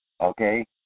okay